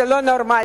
זה לא נורמלי.